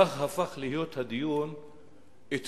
כך הפך להיות הדיון אתמול,